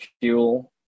fuel